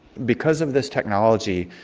because of this technology,